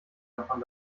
davon